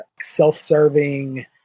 self-serving